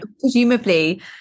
presumably